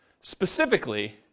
specifically